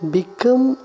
Become